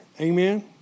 Amen